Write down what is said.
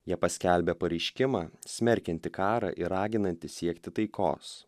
jie paskelbė pareiškimą smerkiantį karą ir raginantį siekti taikos